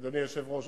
אדוני היושב-ראש,